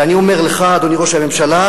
ואני אומר לך, אדוני ראש הממשלה,